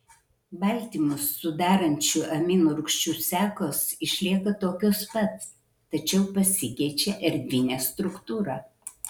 baltymus sudarančių amino rūgčių sekos išlieka tokios pat tačiau pasikeičia erdvinė struktūra